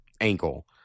ankle